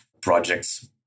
projects